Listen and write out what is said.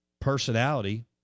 personality